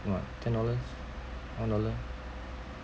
what ten dollars one dollar